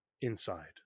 inside